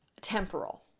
temporal